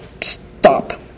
stop